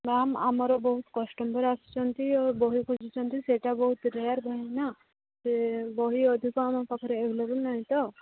ma'am ଆମର ବହୁତ customer ଆସୁଛନ୍ତି ଆଉ ବହି ଖୋଜୁଛନ୍ତି ସେଇଟା ବହୁତ ରେୟାର୍ ବହି ନାଁ ସେ ବହି ଅଧିକ ଆମ ପାଖରେ ଆଭେଲେବୁଲ୍ ନାହିଁ ତ